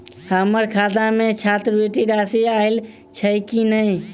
हम्मर खाता मे छात्रवृति राशि आइल छैय की नै?